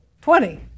Twenty